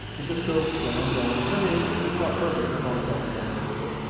it just goes down, down i mean, it's not perfect, it bumps up and down a little bit.